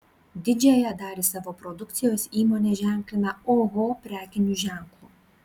didžiąją dalį savo produkcijos įmonė ženklina oho prekiniu ženklu